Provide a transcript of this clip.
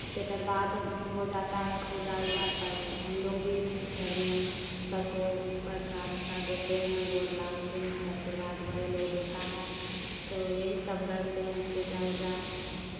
तेकर बाद हो जाता है पूजा उजा तब हम लोग भी घर में सबको प्रसाद उरसाद देते हैं गोर लागते हैं तब आशीर्वाद बड़े लोग देता है तो यही सब करते हैं पूजा उजा